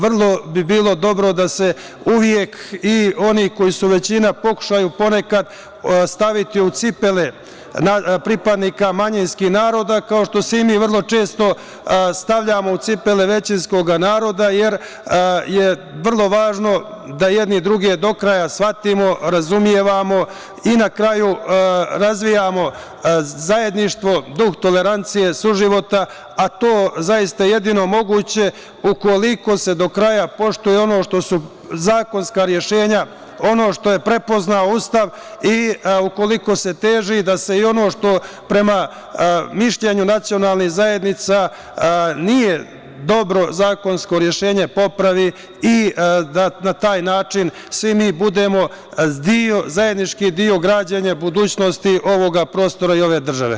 Vrlo bi bilo dobro da uvek oni koji su većina pokušaju ponekad staviti u cipele pripadnika manjinskih naroda, kao što se i mi vrlo često stavljamo u cipele većinskog naroda, jer je vrlo važno da jedni druge do kraja shvatimo, razumemo i na kraju razvijamo zajedništvo, duh tolerancije, suživota, a to zaista je jedino moguće ukoliko se do kraja poštuje ono što su zakonska rešenja, ono što je prepoznao Ustav i ukoliko se teži da i ono što prema mišljenju nacionalnih zajednica nije dobro zakonsko rešenje, popravi i da na taj način svi mi budemo zajednički deo građenja budućnosti ovog prostora i ove države.